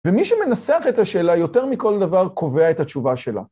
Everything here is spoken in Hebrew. ומי שמנסח את השאלה יותר מכל דבר קובע את התשובה שלה.